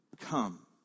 come